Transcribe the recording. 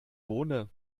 wohne